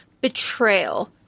betrayal